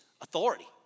authority